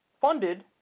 funded